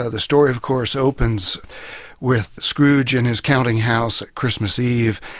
ah the story of course opens with scrooge in his counting-house at christmas eve.